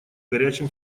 горячим